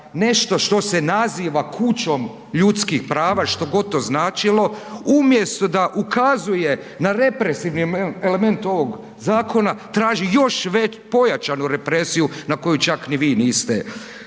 nešto što se naziva kućom ljudskih prava, što god to značilo, umjesto da ukazuje na represivni element ovog zakona, traži još pojačanu represiju na koju čak ni vi niste